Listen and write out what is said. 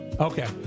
Okay